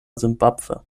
simbabwe